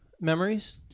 memories